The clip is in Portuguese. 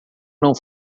não